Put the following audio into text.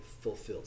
fulfilled